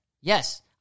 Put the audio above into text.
Yes